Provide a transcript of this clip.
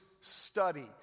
study